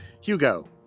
Hugo